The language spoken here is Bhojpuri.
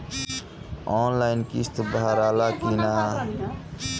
आनलाइन किस्त भराला कि ना?